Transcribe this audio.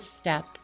step